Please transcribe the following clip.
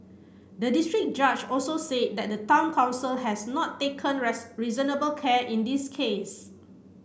the district judge also said that the town council has not taken reasonable care in this case